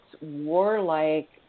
warlike